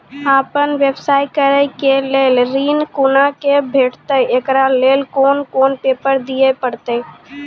आपन व्यवसाय करै के लेल ऋण कुना के भेंटते एकरा लेल कौन कौन पेपर दिए परतै?